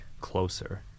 closer